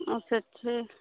अच्छे ठीक